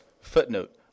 footnote